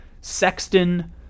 Sexton